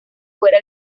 fuera